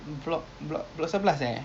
oh